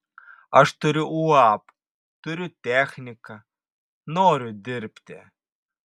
aš turiu uab turiu techniką noriu dirbti